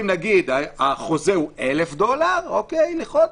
אם החוזה הוא 1,000 דולר לחודש,